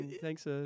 Thanks